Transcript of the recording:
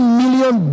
million